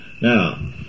Now